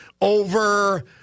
over